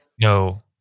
No